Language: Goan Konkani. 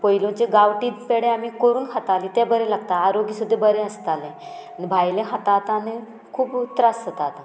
पयलूचे गांवटी पेडे आमी करून खाताली तें बरें लागता आरोग्य सुद्दां बरें आसतालें आनी भायलें खाता आतां आनी खूब त्रास जाता आतां